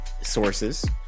sources